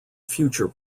future